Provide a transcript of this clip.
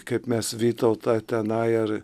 kaip mes vytautą tenai ar